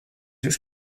już